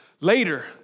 later